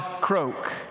croak